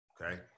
okay